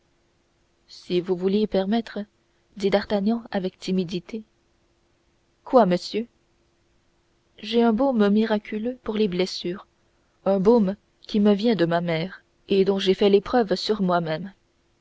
si vous vouliez permettre dit d'artagnan avec timidité quoi monsieur j'ai un baume miraculeux pour les blessures un baume qui me vient de ma mère et dont j'ai fait l'épreuve sur moi-même